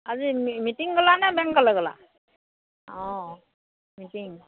আমি মিটিঙ গ'লা নে বেংকলৈ গ'লা অঁ মিটিঙ